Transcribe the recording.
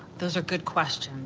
those are good questions.